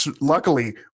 luckily